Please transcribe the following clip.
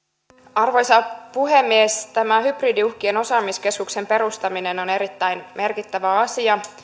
arvoisa puhemies hybridiuhkien osaamiskeskuksen perustaminen on erittäin merkittävä asia